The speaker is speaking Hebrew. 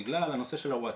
בגלל הנושא של הוואטסאפ.